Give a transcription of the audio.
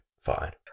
fine